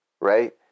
right